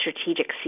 strategic